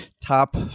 top